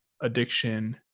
addiction